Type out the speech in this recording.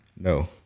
No